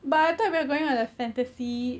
but I thought we are going on a fantasy